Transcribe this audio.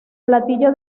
platillo